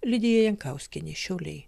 lidija jankauskienė šiauliai